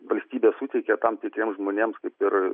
valstybė suteikia tam tikriems žmonėms kaip ir